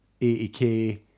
80k